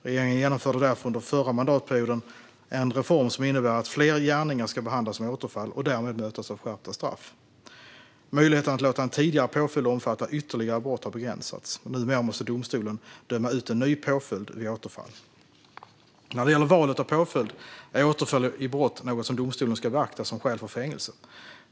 Regeringen genomförde därför under förra mandatperioden en reform som innebär att fler gärningar ska behandlas som återfall och därmed mötas av skärpta straff. Möjligheten att låta en tidigare påföljd omfatta ytterligare brott har begränsats. Numera måste domstolen döma ut en ny påföljd vid återfall. När det gäller valet av påföljd är återfall i brott något som domstolen ska beakta som skäl för fängelse.